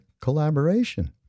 collaboration